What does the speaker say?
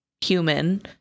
human